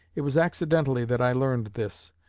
it was accidentally that i learned this.